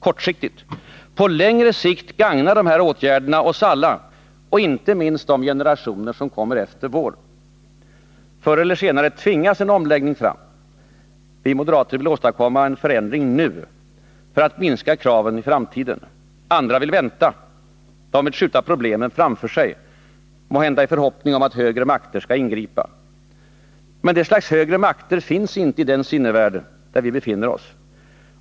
Kortsiktigt. På längre sikt gagnar de oss alla. Inte minst de generationer som kommer efter vår. Förr eller senare tvingas en omläggning fram. Vi moderater vill åstadkomma en förändring nu. För att minska kraven i framtiden. Andra vill vänta. De vill skjuta problemen framför sig. Måhända i förhoppning om att högre makter skall ingripa. Men det slags högre makter finns inte i den sinnevärld där vi befinner oss.